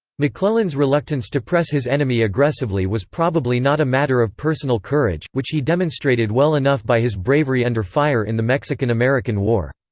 mcclellan's reluctance to press his enemy aggressively was probably not a matter of personal courage, which he demonstrated well enough by his bravery under fire in the mexican-american war.